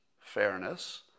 fairness